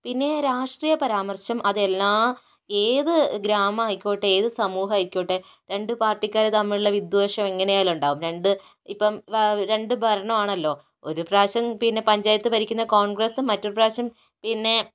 പിന്നെ രാഷ്ട്രീയ പരാമർശം അത് എല്ലാ ഏത് ഗ്രാമമായിക്കോട്ടെ ഏത് സമൂഹമായിക്കോട്ടെ രണ്ട് പാർട്ടിക്കാർ തമ്മിലുള്ള വിദ്വേഷം എങ്ങനെയായാലും ഉണ്ടാകും രണ്ട് ഇപ്പം വാ രണ്ട് ഭരണം ആണല്ലോ ഒരു പ്രാവശ്യം പിന്നെ പഞ്ചായത്ത് ഭരിക്കുന്നത് കോൺഗ്രസ്സും മറ്റൊരു പ്രാവശ്യം പിന്നെ